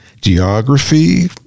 geography